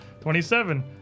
27